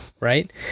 right